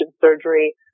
surgery